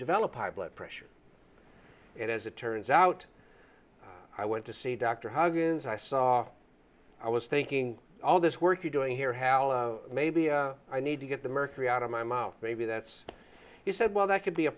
developed high blood pressure and as it turns out i went to see dr huggins i saw i was thinking all this work you're doing here maybe i need to get the mercury out of my mouth maybe that's he said well that could be a